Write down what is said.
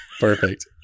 Perfect